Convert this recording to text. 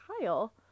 Kyle